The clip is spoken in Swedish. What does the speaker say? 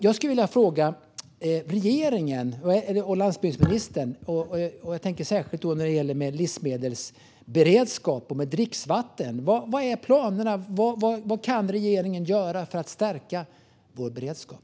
Jag skulle vilja fråga regeringen och landsbygdsministern vad planerna är, särskilt när det gäller livsmedelsberedskap och dricksvattenförsörjning. Vad kan regeringen göra för att stärka vår beredskap?